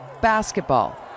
basketball